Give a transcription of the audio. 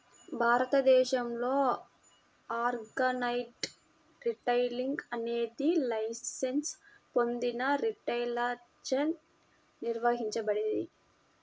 భారతదేశంలో organised retailing అనేది licence పొందిన రిటైలర్లచే నిర్వహించబడేది